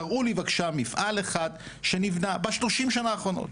תראו לי מפעל אחד שנבנה ב-30 השנים האחרונות.